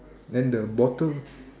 then the bottom